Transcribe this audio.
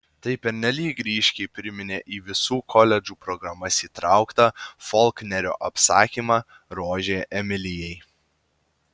tai pernelyg ryškiai priminė į visų koledžų programas įtrauktą folknerio apsakymą rožė emilijai